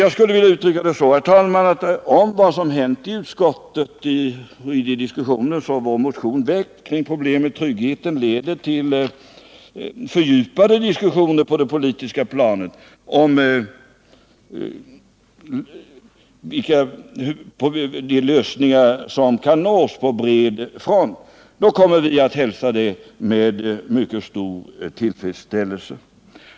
Jag skulle vilja uttrycka saken så, herr talman, att om vad som hänt i utskottet och i de diskussioner, som vår motion givit upphov till kring problemet tryggheten, leder till fördjupade diskussioner på det politiska planet om de lösningar som kan nås på bred front, då kommer vi att hälsa det med mycket stor tillfredsställelse.